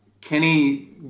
Kenny